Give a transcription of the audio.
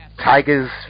Tiger's